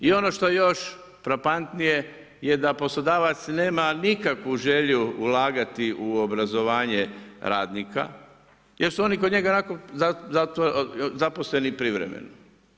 I ono što još frapantnije je da poslodavac nema nikakvu želju ulagati u obrazovanje radnika jer su oni kod njega ionako zaposleni privremeno.